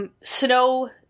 Snow